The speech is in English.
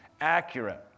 accurate